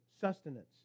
sustenance